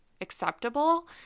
acceptable